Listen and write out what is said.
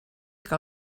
que